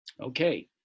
Okay